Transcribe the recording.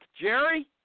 Jerry